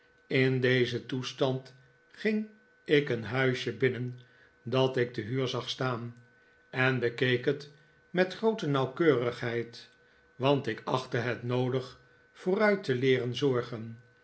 in dezen toestand ging ik een huisje binnen dat ik te huur zag staan en bekeek het met groote nauwkeurigheid want ik achtte het noodig vooruit te leeren zorgen